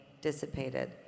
dissipated